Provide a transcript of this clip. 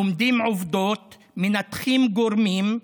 לומדים עובדות, מנתחים גורמים.